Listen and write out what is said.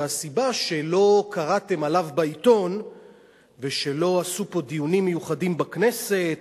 והסיבה שלא קראתם עליו בעיתון ושלא עשו פה דיונים מיוחדים בכנסת